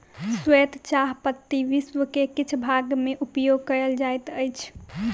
श्वेत चाह पत्ती विश्व के किछ भाग में उपयोग कयल जाइत अछि